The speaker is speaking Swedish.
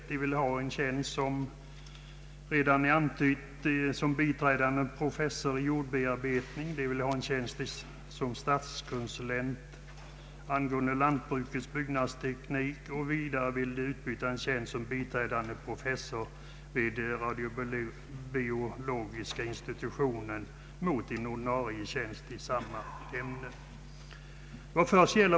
Som redan har antytts vill de ha en tjänst som biträdande professor i jordbearbetning, en tjänst som statskonsulent i frågor rörande lantbrukets byggnadsteknik, och vidare vill de utbyta en tjänst som biträdande professor vid Radiobiologiska institutionen mot en ordinarie tjänst i samma ämne.